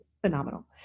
phenomenal